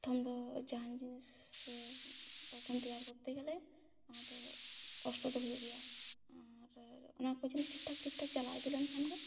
ᱯᱚᱛᱷᱚᱢ ᱫᱚ ᱡᱟᱦᱟᱸᱱ ᱡᱤᱱᱤᱥ ᱯᱚᱛᱷᱚᱢ ᱛᱮᱭᱟᱨ ᱠᱚᱨᱛᱮ ᱜᱮᱞᱮ ᱟᱫᱚ ᱠᱚᱥᱴᱚ ᱫᱚ ᱦᱩᱭᱩᱜ ᱜᱮᱭᱟ ᱟᱨ ᱚᱱᱟᱠᱚ ᱡᱤᱱᱤᱥ ᱴᱷᱤᱠ ᱴᱷᱟᱠ ᱴᱷᱤᱠ ᱴᱷᱟᱠ ᱪᱟᱞᱟᱣ ᱤᱫᱤ ᱞᱮᱱᱠᱷᱟᱱ ᱜᱮ